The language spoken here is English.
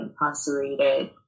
incarcerated